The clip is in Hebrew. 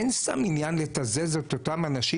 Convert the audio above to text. אין סתם עניין לתזז את אותם אנשים